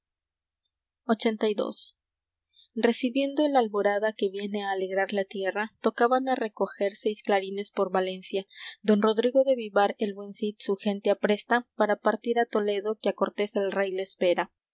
recibiendo el alborada que viene á alegrar la tierra tocaban á recoger seis clarines por valencia don rodrigo de vivar el buen cid su gente apresta para partir á toledo que á cortes el rey le espera